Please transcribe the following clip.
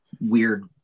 weird